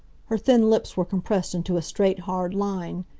her thin lips were compressed into a straight, hard line.